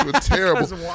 terrible